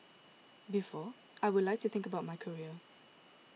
before I would like think about my career